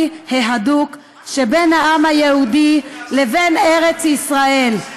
ההדוק שבין העם היהודי לבין ארץ ישראל.